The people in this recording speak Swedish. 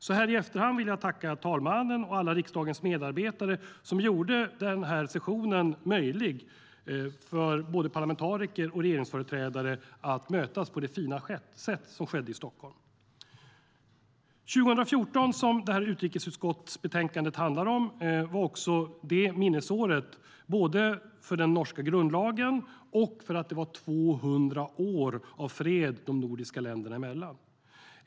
Så här i efterhand vill jag tacka talmannen och alla riksdagens medarbetare som gjorde det möjligt för både parlamentariker och regeringsföreträdare att mötas på det fina sätt som skedde i Stockholm. År 2014, som utrikesutskottets betänkande handlar om, var också ett minnesår både för den norska grundlagen och för att det hade varit 200 år av fred mellan de nordiska länderna.